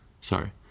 Sorry